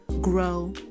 grow